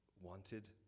wanted